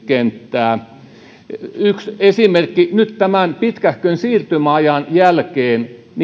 kenttää noin laajemmin yksi esimerkki nyt tämän pitkähkön siirtymäajan jälkeen